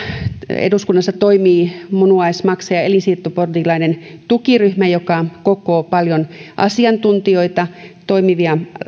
eduskunnassa toimii munuais maksa ja elinsiirtopotilaiden tukiryhmä joka kokoaa paljon asiantuntijoita toimivia